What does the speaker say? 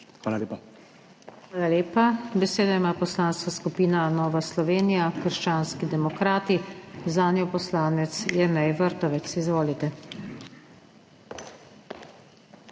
SUKIČ:** Hvala lepa. Besedo ima Poslanska skupina Nova Slovenija – Krščanski demokrati, zanjo poslanec Jernej Vrtovec. Izvolite.